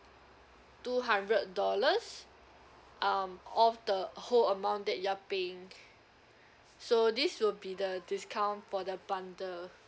two hundred dollars um off the whole amount that you're paying so this will be the discount for the bundle